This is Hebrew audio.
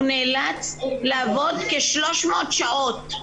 לעבוד כ-300 שעות.